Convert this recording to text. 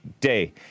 day